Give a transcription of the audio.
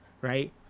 right